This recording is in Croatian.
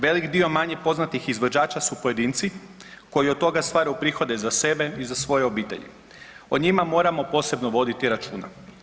Velik dio manje poznatih izvođača su pojedinci koji od toga stvaraju prihode za sebe i za svoje obitelji, o njima moramo posebno voditi računa.